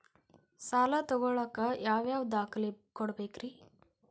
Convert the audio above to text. ಸಾಲ ತೊಗೋಳಾಕ್ ಯಾವ ಯಾವ ದಾಖಲೆ ಕೊಡಬೇಕ್ರಿ?